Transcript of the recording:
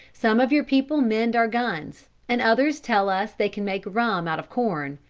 some of your people mend our guns, and others tell us they can make rum out of corn.